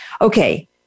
Okay